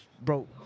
bro